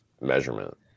measurement